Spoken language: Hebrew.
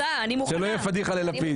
שלא יהיה פדיחה ללפיד.